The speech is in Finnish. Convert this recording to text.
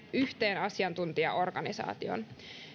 yhteen asiantuntijaorganisaatioon